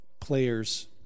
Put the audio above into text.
players